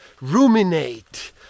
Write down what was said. ruminate